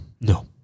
no